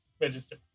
register